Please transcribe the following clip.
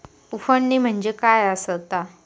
उफणणी म्हणजे काय असतां?